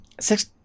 six